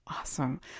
Awesome